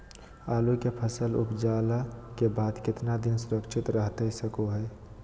आलू के फसल उपजला के बाद कितना दिन सुरक्षित रहतई सको हय?